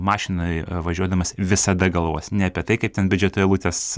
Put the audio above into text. mašinoj važiuodamas visada galvos ne apie tai kaip ten biudžeto eilutes